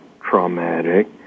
traumatic